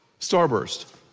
Starburst